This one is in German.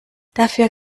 dafür